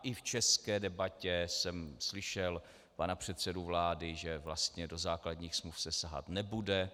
I v české debatě jsem slyšel pana předsedu vlády, že vlastně do základních smluv se sahat nebude.